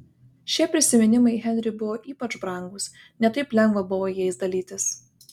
šie prisiminimai henriui buvo ypač brangūs ne taip lengva buvo jais dalytis